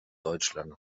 deutschland